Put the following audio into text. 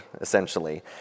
essentially